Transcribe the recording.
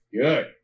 Good